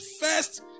First